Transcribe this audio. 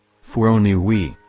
for only we,